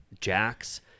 Jack's